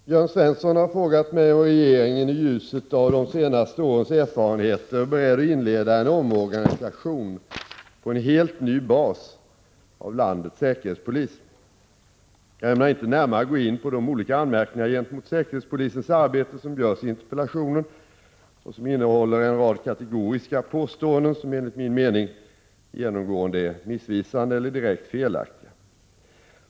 Herr talman! Jörn Svensson har frågat mig om regeringen i ljuset av de senaste årens erfarenheter är beredd att inleda en omorganisering på helt ny bas av landets säkerhetspolis. Jag ämnar inte närmare gå in på de olika anmärkningar gentemot säkerhetspolisens arbete som görs i interpellationen och som innehåller en rad kategoriska påståenden som enligt min mening genomgående är missvisande eller direkt felaktiga.